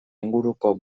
inguruko